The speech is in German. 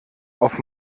auf